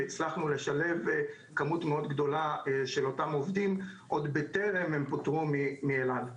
והצלחנו לשלב כמות מאוד גדולה של אותם עובדים עוד בטרם הם פוטרו מאל-על.